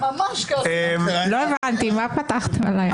ויש הערות רבות מאוד כמעט על כל אחד מסעיפי החוק,